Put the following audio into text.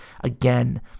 again